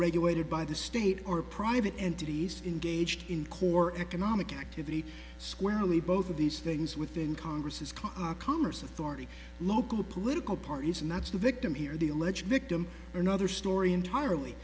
regulated by the state are private entities in gauged in core economic activity squarely both of these things within congress's cause commerce authority local political parties and that's the victim here the alleged victim another story entirely